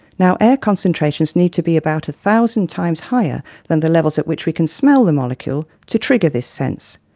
now air concentrations need to be about one thousand times higher than the levels at which we can smell the molecule to trigger this sense.